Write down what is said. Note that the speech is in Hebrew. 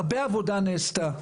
הרבה עבודה נעשתה,